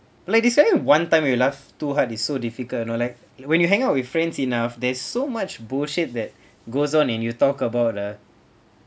like this way one time you laugh too hard is so difficult you know like when you hang out with friends enough there is so much bullshit that goes on and you talk about ah